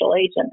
agent